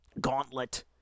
gauntlet